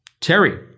Terry